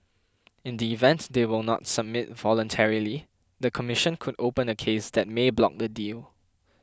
in the event they will not submit voluntarily the commission could open a case that may block the deal